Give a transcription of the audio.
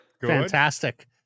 Fantastic